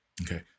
Okay